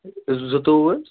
زٕتووُہ حظ